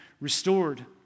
restored